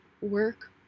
work